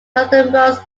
northernmost